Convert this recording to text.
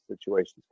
situations